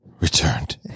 returned